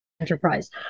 Enterprise